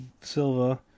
Silva